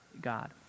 God